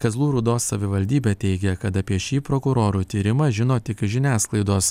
kazlų rūdos savivaldybė teigia kad apie šį prokurorų tyrimą žino tik iš žiniasklaidos